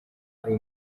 ari